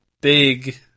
big